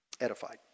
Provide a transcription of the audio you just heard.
edified